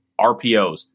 RPOs